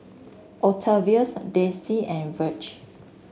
Octavius Daisye and Virge